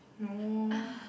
no